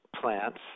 plants